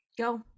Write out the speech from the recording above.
go